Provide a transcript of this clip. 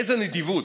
איזו נדיבות.